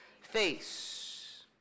face